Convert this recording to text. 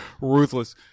Ruthless